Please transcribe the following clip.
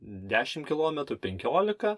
dešim kilometrų penkiolika